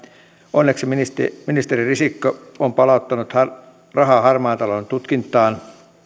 onneksi ministeri ministeri risikko on palauttanut rahaa harmaan talouden tutkintaan